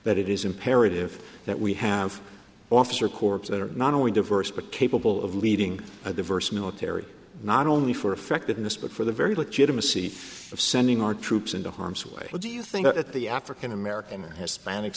that it is imperative that we have officer corps that are not only diverse but capable of leading a diverse military not only for affected in this but for the very legitimacy of sending our troops into harm's way what do you think that the african american or hispanic